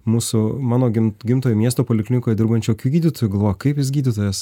mūsų mano gim gimtojo miesto poliklinikoje dirbančiu akių gydytoju galvoju kaip jis gydytojas